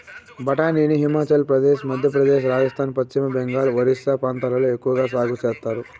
బఠానీని హిమాచల్ ప్రదేశ్, మధ్యప్రదేశ్, రాజస్థాన్, పశ్చిమ బెంగాల్, ఒరిస్సా ప్రాంతాలలో ఎక్కవగా సాగు చేత్తారు